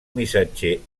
missatger